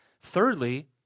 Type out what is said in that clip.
Thirdly